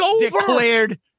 declared